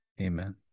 Amen